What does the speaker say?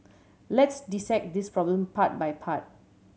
let's dissect this problem part by part